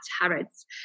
Harrods